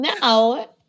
Now